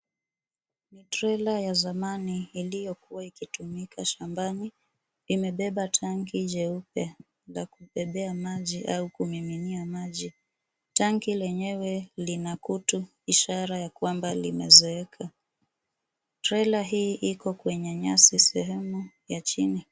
Trela ya zamani iliyokuwa ikitumika shambani imebeba tangi jeupe na kubebea maji au kumiminia maji. Tangi lenyewe linakutu ishara ya kwamba limezeeka. Trela hii iko kwenye nyasi sehemu ya chini,.